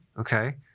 okay